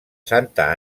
santa